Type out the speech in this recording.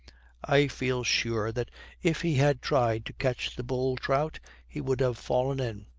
i feel sure that if he had tried to catch the bull-trout he would have fallen in.